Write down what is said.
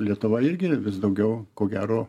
lietuva irgi vis daugiau ko gero